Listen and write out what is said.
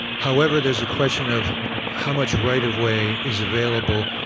however, there's a question of how much right of way is available,